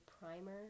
primer